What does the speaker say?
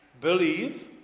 believe